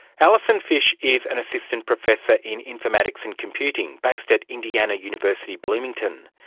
allison fish is an assistant professor in informatics and computing based at indiana university, bloomington.